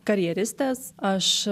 karjeristės aš